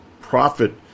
profit